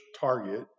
target